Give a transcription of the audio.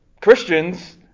Christians